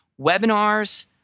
webinars